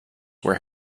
were